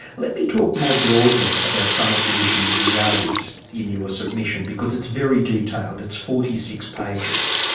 let me talk more broadly about some of the issues you raise in your submission because it's very detailed it's forty six pages.